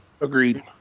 Agreed